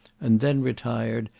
and then retired,